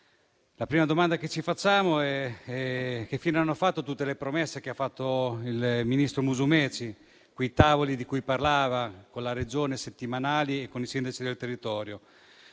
La prima domanda che ci facciamo è che fine abbiano fatto tutte le promesse che ha fatto il ministro Musumeci, quei tavoli settimanali con la Regione e con i sindaci del territorio